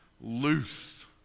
loose